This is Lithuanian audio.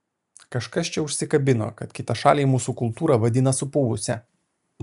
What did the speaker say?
kažkas čia užsikabino kad kitašaliai mūsų kultūrą vadina supuvusia